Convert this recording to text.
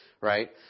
Right